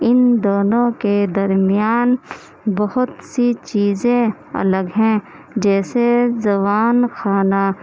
ان دونوں کے درمیان بہت سی چیزیں الگ ہیں جیسے زبان کھانا